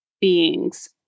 beings